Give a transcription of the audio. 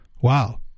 Wow